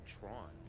Tron